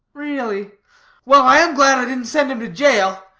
really well, i am glad i didn't send him to jail,